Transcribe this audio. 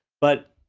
but,